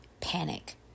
panic